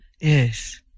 Yes